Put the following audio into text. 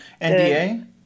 NDA